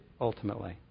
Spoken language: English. ultimately